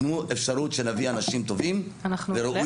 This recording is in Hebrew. תנו אפשרות של להביא אנשים טובים וראויים.